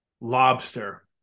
lobster